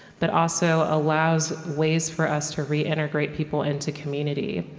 but also allows ways for us to reintegrate people into community,